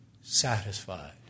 satisfied